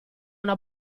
una